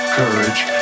courage